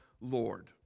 Lord